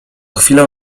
chwilę